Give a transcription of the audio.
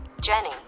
Jenny